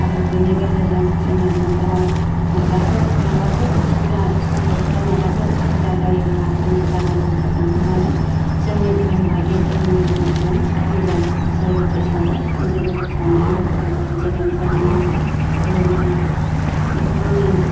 आरो बेनि गेजेरजों जोंहा न'खराव माबाफोर माबाफोर उसुबिदा सम बोथोराव माबाफोर उसुबिदा जायोब्ला जोङो जानागुरुखौ लेंहरनानै जोंनि धोरोम बायदि जोंनि धोरोमनि नियम जों हमजों जयग'थि सावबाय हम जयग'थि सावनाय लोगो लोगोनो जोङो गुरुनि गुरुनि